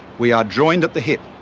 we are joined at the hip.